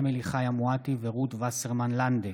אמילי חיה מואטי ורות וסרמן לנדה